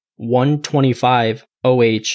125-OH